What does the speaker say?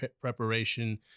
preparation